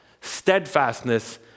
steadfastness